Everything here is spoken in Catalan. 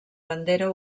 bandera